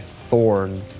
Thorn